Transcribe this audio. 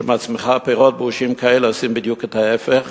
שמצמיחה פירות באושים כאלה, עושים בדיוק ההיפך